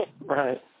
Right